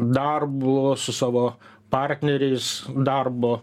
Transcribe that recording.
darbu su savo partneriais darbo